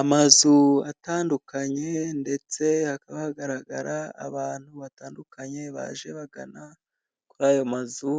Amazu atandukanye ndetse hakaba hagaragara abantu batandukanye baje bagana kuri ayo mazu,